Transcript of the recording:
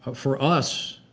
for us,